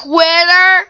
Twitter